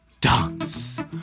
dance